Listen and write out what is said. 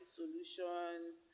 solutions